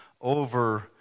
over